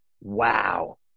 wow